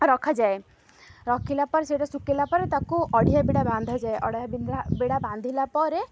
ରଖାଯାଏ ରଖିଲା ପରେ ସେଇଟା ଶୁଖାଇଲା ପରେ ତାକୁ ଅଢ଼ିଆ ବିଡ଼ା ବନ୍ଧାଯାଏ ବିଡ଼ା ବାନ୍ଧିଲା ପରେ